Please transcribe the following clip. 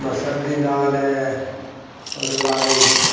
मसर दी दाल ऐ ओह्दे बाद